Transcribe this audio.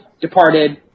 Departed